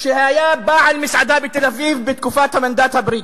שהיה בעל מסעדה בתל-אביב בתקופת המנדט הבריטי.